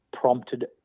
prompted